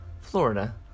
Florida